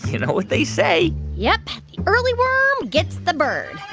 you know what they say yep. the early worm gets the bird.